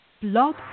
Blog